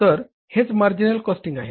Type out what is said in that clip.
तर हेच marginal costing आहे